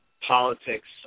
politics